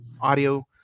audio